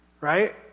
right